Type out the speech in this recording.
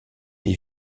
des